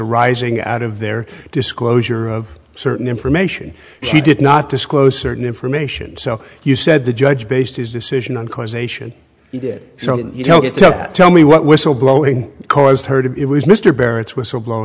are rising out of their disclosure of certain information she did not disclose certain information so you said the judge based his decision on causation you did so you don't get to tell me what whistle blowing caused her to it was mr barrett's whistleblow